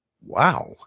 Wow